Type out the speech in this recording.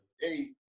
Hey